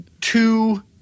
two